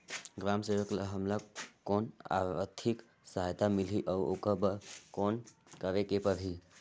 ग्राम सेवक ल हमला कौन आरथिक सहायता मिलही अउ ओकर बर कौन करे के परही?